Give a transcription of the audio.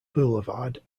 boulevard